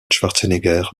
schwarzenegger